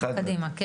כן.